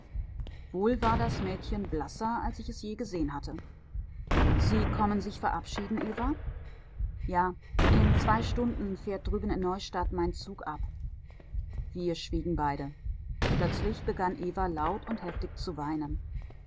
wohl war das mädchen blasser als ich es je gesehen sie kommen sich verabschieden eva ja in zwei stunden fährt drüben in neustadt mein zug ab wir schwiegen beide plötzlich begann eva laut und heftig zu weinen